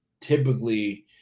typically